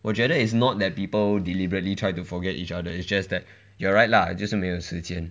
我觉得 is not that people deliberately try to forget each other it's just that you are right lah 就是没有时间